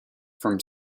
from